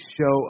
show